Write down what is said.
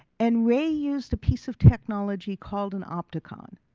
and ray used a piece of technology called an opticon.